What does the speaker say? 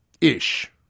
ish